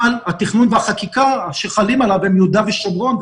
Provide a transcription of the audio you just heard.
אבל התכנון והחקיקה שחלים עליו הם יהודה ושומרון,